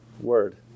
word